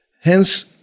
Hence